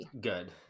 good